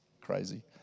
crazy